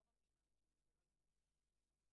לא במשמרת שלי, זה לא יקרה.